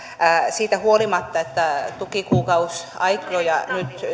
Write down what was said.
siitä huolimatta että tukikuukausiaikoja nyt